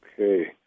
Okay